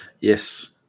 Yes